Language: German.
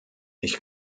ich